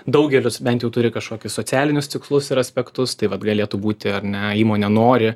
daugelis bent jau turi kažkokius socialinius tikslus ir aspektus tai vat galėtų būti ar ne įmonė nori